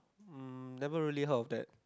um never really heard of that